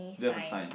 do you have a sign